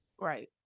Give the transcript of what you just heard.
Right